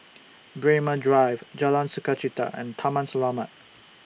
Braemar Drive Jalan Sukachita and Taman Selamat